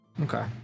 Okay